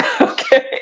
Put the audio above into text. Okay